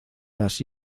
las